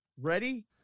ready